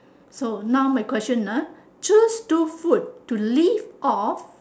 so now my question ah choose two food to live off